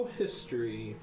history